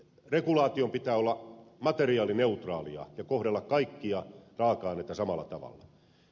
regulaation pitää olla materiaalineutraalia ja kohdella kaikkia raaka aineita samalla tavalla